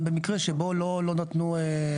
עזבו זה לא לעבוד ביחד.